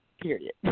period